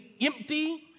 empty